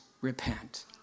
repent